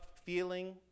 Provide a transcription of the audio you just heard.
feeling